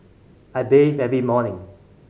I bathe every morning